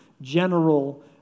general